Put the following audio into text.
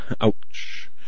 Ouch